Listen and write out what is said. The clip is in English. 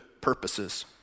purposes